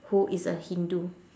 who is a hindu